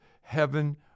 heaven